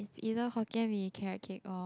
either Hokkien Mee carrot-cake or